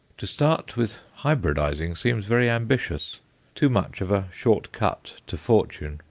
to start with hybridizing seems very ambitious too much of a short cut to fortune.